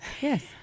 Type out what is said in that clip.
Yes